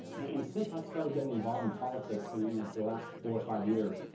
and since i started getting involved in politics you know for the last four, five years,